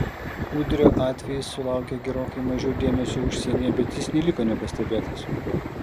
udrio atvejis sulaukė gerokai mažiau dėmesio užsienyje bet jis neliko nepastebėtas